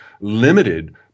limited